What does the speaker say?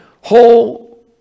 whole